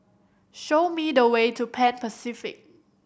show me the way to Pan Pacific